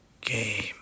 Game